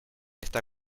está